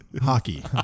hockey